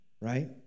right